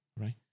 right